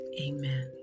Amen